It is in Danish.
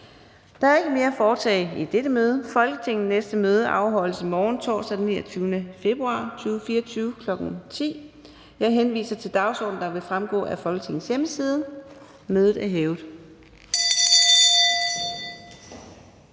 Der er ikke mere at foretage i dette møde. Folketingets næste møde afholdes i morgen, torsdag den 29. februar 2024, kl. 10.00. Jeg henviser til den dagsorden, der vil fremgå af Folketingets hjemmeside. Mødet er hævet.